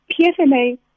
PSMA